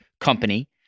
company